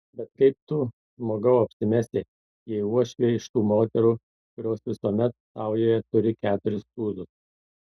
bet kaip tu žmogau apsimesi jei uošvė iš tų moterų kurios visuomet saujoje turi keturis tūzus